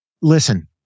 Listen